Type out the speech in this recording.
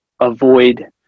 avoid